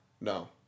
no